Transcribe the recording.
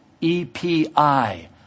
E-P-I